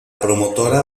promotora